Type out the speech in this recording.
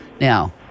Now